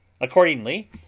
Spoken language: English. Accordingly